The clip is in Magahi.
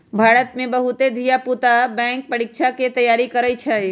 भारत में बहुते धिया पुता बैंक परीकछा के तैयारी करइ छइ